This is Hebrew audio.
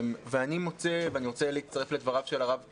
אני רוצה להצטרף לדבריו של הרב טייב.